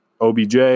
OBJ